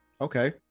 Okay